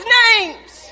names